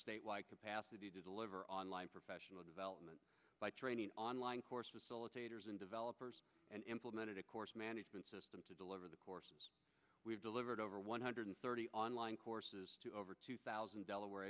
state wide capacity to deliver online professional development by training online courses cilla taters and developers and implemented a course management system to deliver the course we've delivered over one hundred thirty online courses to over two thousand delaware